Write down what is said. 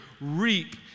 reap